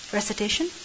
Recitation